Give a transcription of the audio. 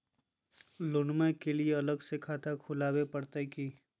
लोनमा के लिए अलग से खाता खुवाबे प्रतय की?